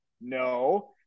no